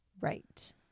Right